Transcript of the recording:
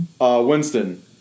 Winston